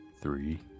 three